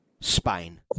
Spain